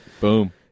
Boom